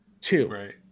two